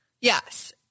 Yes